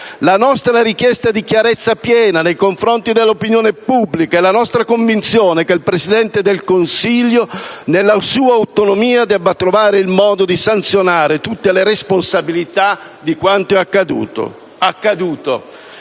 La nostra è una richiesta di chiarezza piena nei confronti dell'opinione pubblica, e la nostra convinzione è che il Presidente del Consiglio, nella sua autonomia, debba trovare il modo di sanzionare tutte le responsabilità di quanto accaduto